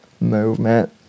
movement